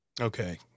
Okay